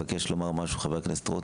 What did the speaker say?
מבקש לומר משהו חבר הכנסת רוט,